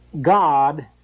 God